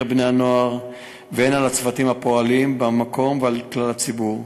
בני-הנוער והן בצוותים הפועלים במקום ובכלל הציבור.